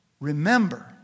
remember